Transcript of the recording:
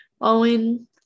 Owen